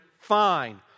fine